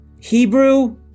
Hebrew